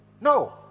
No